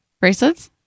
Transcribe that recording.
bracelets